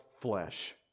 flesh